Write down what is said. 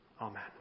amen